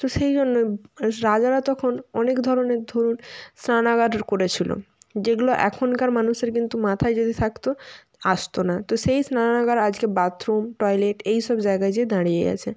তো সেই জন্য মানুষ রাজারা তখন অনেক ধরনের ধরুন স্নানাগার করেছিলো যেগুলো এখনকার মানুষের কিন্তু মাথায় যদি থাকতো আসতো না তো সেই স্নানাগার আজকে বাথরুম টয়লেট এই সব জায়গায় যেয়ে দাঁড়িয়ে আছে